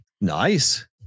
Nice